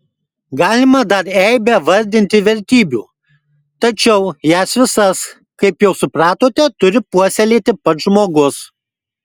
galima dar eibę vardinti vertybių tačiau jas visas kaip jau supratote turi puoselėti pats žmogus